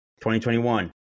2021